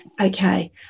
Okay